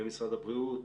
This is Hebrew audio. במשרד הבריאות,